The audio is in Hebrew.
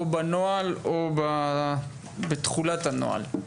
או בנוהל או בתחולת הנוהל,